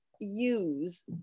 use